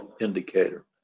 indicator